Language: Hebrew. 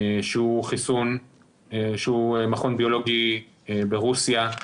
שהוא מכון ביולוגי ברוסיה,